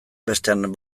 bestean